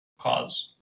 cause